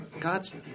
God's